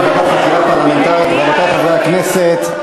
חברי הכנסת,